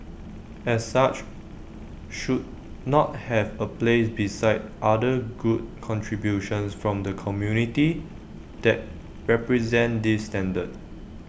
as such should not have A place beside other good contributions from the community that represent this standard